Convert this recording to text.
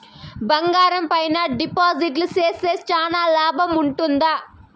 బంగారం పైన డిపాజిట్లు సేస్తే చానా లాభం ఉంటుందా?